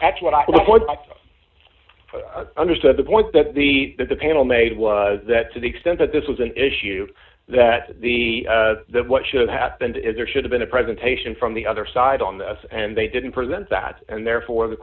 that's what i what understood the point that the that the panel made was that to the extent that this was an issue that the the what should've happened is there should have been a presentation from the other side on this and they didn't present that and therefore the